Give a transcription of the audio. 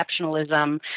exceptionalism